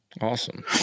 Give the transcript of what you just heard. Awesome